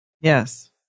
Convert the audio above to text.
Yes